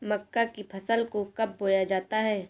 मक्का की फसल को कब बोया जाता है?